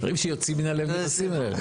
דברים שיוצאים מן הלב, נכנסים אל הלב.